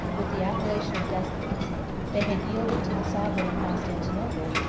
with the appellation of despots they had yielded to the sovereign of constantinople,